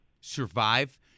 survive